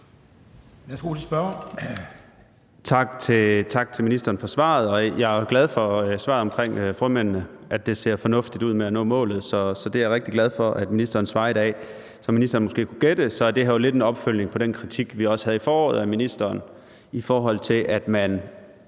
Aagaard Melson (V): Tak til ministeren for svaret. Jeg er glad for svaret omkring frømændene – at det ser fornuftigt ud med at nå målet. Så det er jeg rigtig glad for at ministeren svarer i dag. Som ministeren måske kunne gætte, er det her jo lidt en opfølgning på den kritik, vi også havde af ministeren i foråret, i forhold til at man